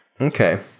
Okay